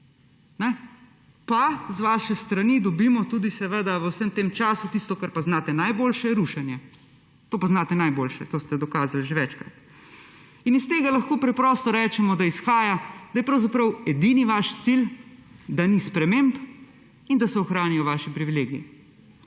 Pa z vaše strani dobimo tudi, seveda, v vsem tem času tisto, kar pa znate najboljše, rušenje. To pa znate najboljše, to ste dokazali že večkrat. In iz tega lahko preprosto rečemo, da izhaja, da je pravzaprav edini vaš cilj, da ni sprememb in da se ohranijo vaši privilegiji.